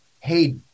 Hey